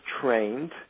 trained